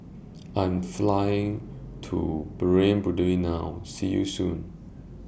I Am Flying to Burundi now See YOU Soon